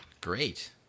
Great